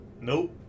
Nope